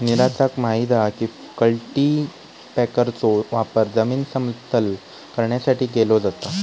नीरजाक माहित हा की कल्टीपॅकरचो वापर जमीन समतल करण्यासाठी केलो जाता